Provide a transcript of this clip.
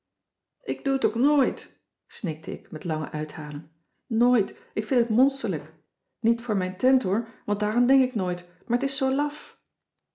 ik doe t ook nooit snikte ik met lange uithalen nooit ik vind het monsterlijk niet voor mijn teint hoor want daaraan denk ik nooit maar t is zoo laf